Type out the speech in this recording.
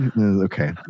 Okay